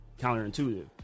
counterintuitive